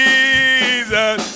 Jesus